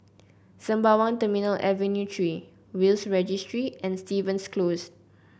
Sembawang Terminal Avenue Three Will's Registry and Stevens Close